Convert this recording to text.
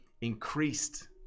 increased